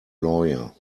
lawyer